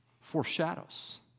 foreshadows